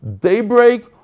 daybreak